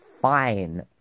fine